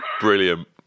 Brilliant